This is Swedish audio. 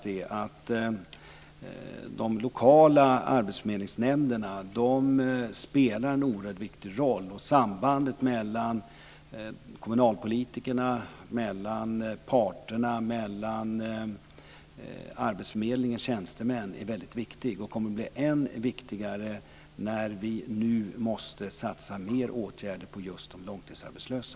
De lokala arbetsförmedlingsnämnderna spelar en oerhört viktig roll. Sambandet mellan kommunalpolitikerna, parterna och arbetsförmedlingens tjänstemän är väldigt viktig och kommer att bli än viktigare när vi nu måste satsa mer åtgärder på just de långtidsarbetslösa.